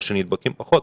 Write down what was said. או שנדבקים פחות?